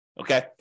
okay